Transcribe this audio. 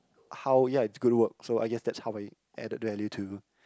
how ya it's good work so I guess that's how I added value to